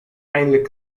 eindelijk